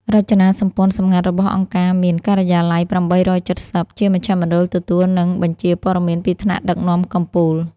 រចនាសម្ព័ន្ធសម្ងាត់របស់អង្គការមាន «ការិយាល័យ ៨៧០» ជាមជ្ឈមណ្ឌលទទួល និងបញ្ជាព័ត៌មានពីថ្នាក់ដឹកនាំកំពូល។